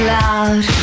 loud